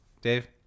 Dave